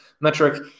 metric